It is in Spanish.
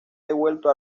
devuelto